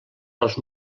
els